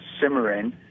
simmering